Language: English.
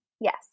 Yes